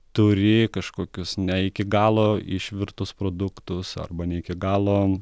turi kažkokius ne iki galo išvirtus produktus arba ne iki galo